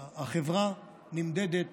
החברה נמדדת,